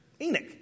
Enoch